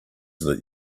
that